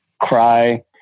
cry